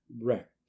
Wrecked